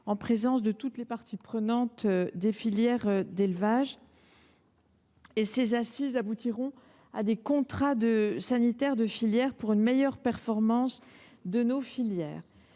en présence de toutes les parties prenantes des filières d’élevage. Celles ci aboutiront à des contrats sanitaires de filière pour une meilleure performance. Par